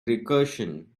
recursion